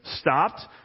stopped